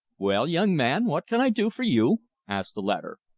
well, young man, what can i do for you? asked the latter.